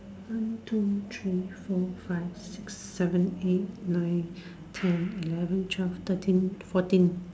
one two three four five six seven eight nine ten eleven twelve thirteen fourteen